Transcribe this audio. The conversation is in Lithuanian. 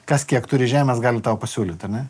kas kiek turi žemės gali tau pasiūlyt ar ne